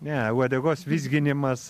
ne uodegos vizginimas